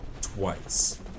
twice